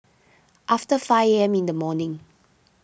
after five A M in the morning